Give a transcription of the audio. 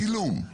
צילום,